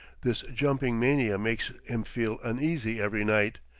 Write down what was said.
this jumping mania makes him feel uneasy every night,